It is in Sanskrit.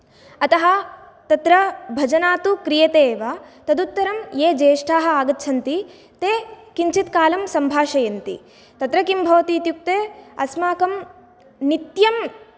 अतः तत्र भजनं तु क्रियते एव तदुत्तरं ये ज्येष्ठाः आगच्छन्ति ते किञ्चित् कालं सम्भाषयन्ति तत्र किं भवति इत्युक्ते अस्माकं नित्यम्